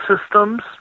systems